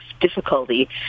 difficulty